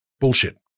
bullshit